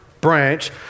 branch